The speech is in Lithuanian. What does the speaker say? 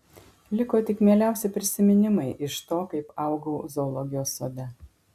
liko tik mieliausi prisiminimai iš to kaip augau zoologijos sode